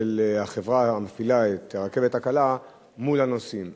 של החברה המפעילה את הרכבת הקלה מול הנוסעים.